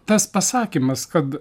tas pasakymas kad